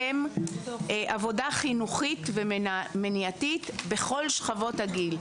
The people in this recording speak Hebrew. משרד החינוך מקדם עבודה חינוכית ומניעתית בכל שכבות הגיל.